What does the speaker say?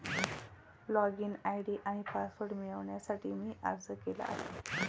login ID आणि password मिळवण्यासाठी मी अर्ज केला आहे